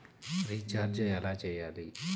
Recharge ఎలా చెయ్యాలి?